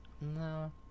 No